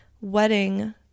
wedding